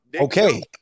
Okay